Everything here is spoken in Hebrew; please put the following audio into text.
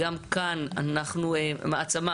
גם כאן אנחנו מעצמה